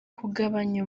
kugabanya